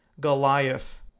Goliath